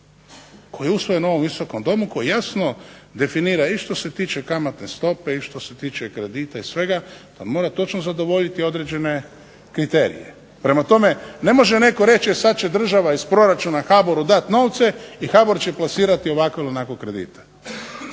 koji je usvojen u ovom Visokom domu koji jasno definira i što se tiče kamatne stope i što se tiče kredita i svega pa mora točno zadovoljiti određene kriterije. Prema tome, ne može netko reći sada će država iz proračuna HBOR-u dati novce i HBOR će plasirati ovako ili onako kredite.